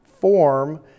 form